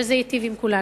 וזה ייטיב עם כולנו.